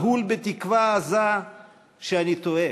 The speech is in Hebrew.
מהול בתקווה עזה שאני טועה